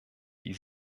die